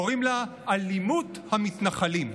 קוראים לה "אלימות המתנחלים".